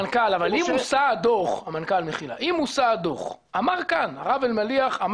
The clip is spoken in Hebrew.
אבל אם מושא הדוח הרב אלמליח,